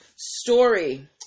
story